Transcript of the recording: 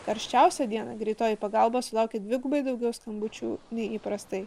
karščiausią dieną greitoji pagalba sulaukė dvigubai daugiau skambučių nei įprastai